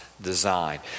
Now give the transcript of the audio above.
design